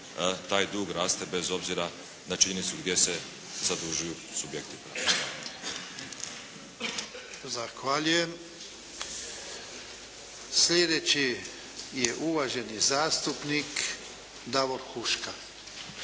taj dug raste bez obzira na činjenicu gdje se zadužuju subjekti. **Jarnjak, Ivan (HDZ)** Zahvaljujem. I sljedeći je uvaženi zastupnik Davor Huška.